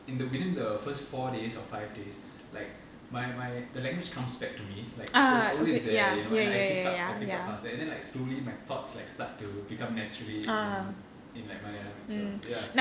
in the within the first four days or five days like my my the language comes back to me like it was always there you know and like I pick up I pick up fast there and then like slowly my thoughts like start to become naturally in in like my Malayalam ya